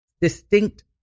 distinct